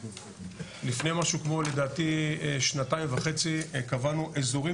לפני משהו כמו שנתיים לדעתי קבענו אזורים